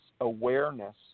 awareness